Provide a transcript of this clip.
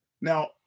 Now